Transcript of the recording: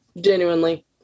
genuinely